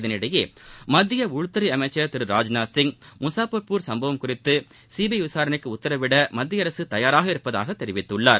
இதனிடையே மத்திய உள்துறை அமைச்சர் திரு ராஜ்நாத்சிங் முசாப்பர்பூர் சம்பவம் குறித்து சிபிஐ விசாரணைக்கு உத்தரவிட மத்திய அரசு தயாராக இருப்பதாக தெரிவித்தார்